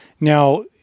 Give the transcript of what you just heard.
Now